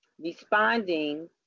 responding